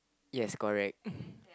yes correct